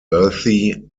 earthy